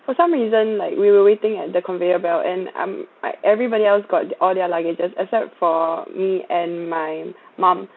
for some reason like we were waiting at the conveyor belt and I'm I everybody else got all their luggages except for me and my mum